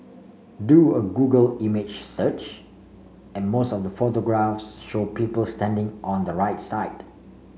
do a Google image search and most of the photographs show people standing on the right side